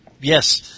Yes